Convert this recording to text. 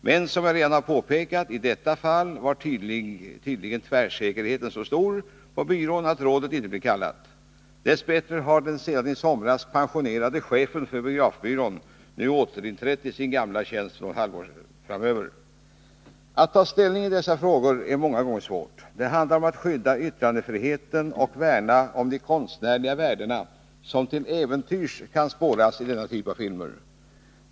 Men — som jag redan har påpekat — i detta fall var tydligen tvärsäkerheten så stor på byrån att rådet inte blev kallat. Dess bättre har den sedan i somras pensionerade chefen för biografbyrån nu återinträtt i sin gamla tjänst för något halvår framöver. Att ta ställning i dessa frågor är många gånger svårt. Det handlar om att skydda yttrandefriheten och värna de konstnärliga värden som till äventyrs kan spåras i denna typ av filmer.